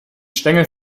stängel